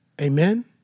Amen